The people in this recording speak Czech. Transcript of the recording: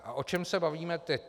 A o čem se bavíme teď?